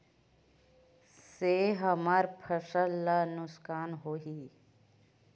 से हमर फसल ला नुकसान होही?